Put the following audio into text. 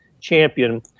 champion